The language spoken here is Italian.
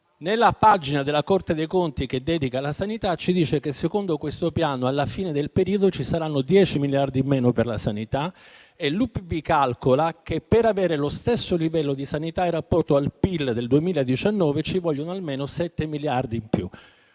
Nella pagina che la Corte dei conti dedica alla sanità si dice che, secondo questo Piano, alla fine del periodo ci saranno 10 miliardi in meno per la sanità. L'UPB calcola che, per avere lo stesso livello di sanità in rapporto al PIL del 2019, ci vogliono almeno sette miliardi in più.